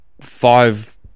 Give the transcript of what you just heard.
five